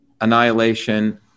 annihilation